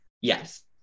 Yes